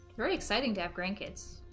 very exciting deaf grandkids